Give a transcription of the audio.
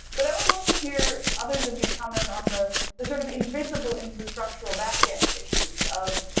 but i would love to hear others of you comment on the the sort of invisible infrastructural back end issues of,